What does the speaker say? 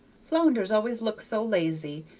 flounders always look so lazy,